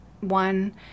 one